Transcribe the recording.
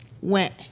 went